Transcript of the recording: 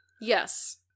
Yes